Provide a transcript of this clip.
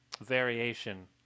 variation